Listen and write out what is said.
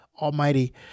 Almighty